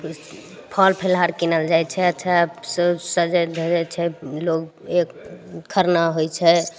फल फलहार किनल जाइ छै अच्छासँ सजय धजय छै लोग एक खरना होइ छै